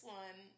one